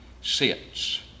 sits